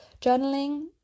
journaling